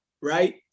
right